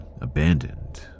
abandoned